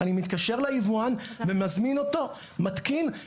אני מתקשר ליבואן, מזמין אותו ומתקין.